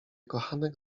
kochanek